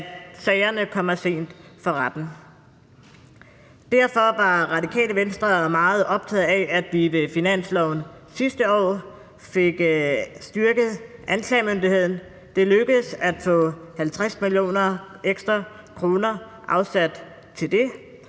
at sagerne kommer sent for retten. Derfor var Radikale Venstre meget optaget af, at vi i finansloven sidste år fik styrket anklagemyndigheden. Det lykkedes at få 50 mio. kr. ekstra afsat til det.